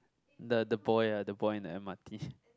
the the boy ah the boy in M_R_T